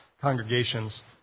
congregations